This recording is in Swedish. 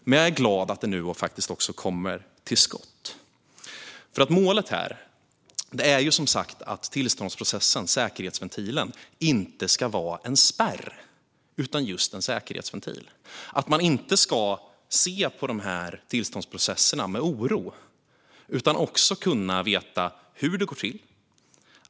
Men jag är glad att det nu faktiskt också kommer till skott. Målet är som sagt att tillståndsprocessen, säkerhetsventilen, inte ska vara en spärr utan just en säkerhetsventil. Man ska inte se på de här tillståndsprocesserna med oro, utan man ska kunna veta hur det går till.